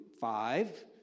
five